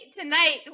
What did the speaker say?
tonight